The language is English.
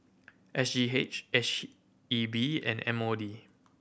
S G H H E B and M O D